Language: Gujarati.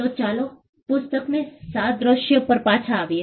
તો ચાલો પુસ્તકની સાદ્રશ્ય પર પાછા આવીએ